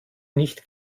nicht